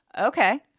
Okay